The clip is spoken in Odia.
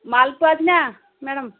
ମାଲପୁଆ ଅଛି ନା ମ୍ୟାଡ଼ାମ୍